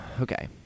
Okay